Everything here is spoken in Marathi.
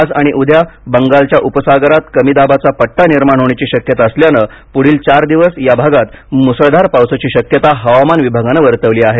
आज आणि उद्या बंगालच्या उपसागरांत कमी दाबाचा पट्टा निर्माण होण्याची शक्यता असल्यानं पुढील चार दिवस या भागांत मुसळधार पावसाची शक्यता हवामान विभागांनं वर्तवली आहे